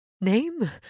Name